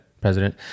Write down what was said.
President